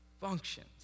functions